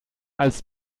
als